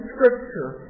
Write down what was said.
Scripture